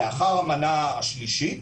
לאחר המנה השלישית,